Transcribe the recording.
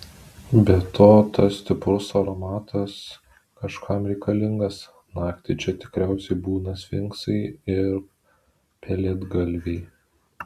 be to tas stiprus aromatas kažkam reikalingas naktį čia tikriausiai būna sfinksai ir pelėdgalviai